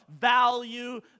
value